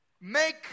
make